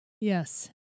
Yes